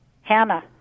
Hannah